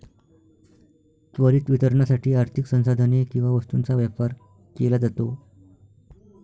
त्वरित वितरणासाठी आर्थिक संसाधने किंवा वस्तूंचा व्यापार केला जातो